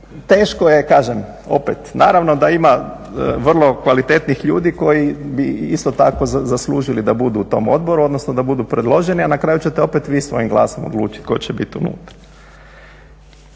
teško je, kažem opet naravno da ima vrlo kvalitetnih ljudi koji bi isto tako zaslužili da budu u tom odboru odnosno da budu predloženi, a na kraju ćete opet vi svojim glasom odlučiti tko će biti unutra.